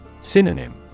Synonym